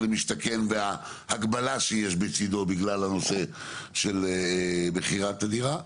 למשתכן וההגבלה שיש בצדו בגלל הנושא של מכירת הדירה,